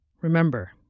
Remember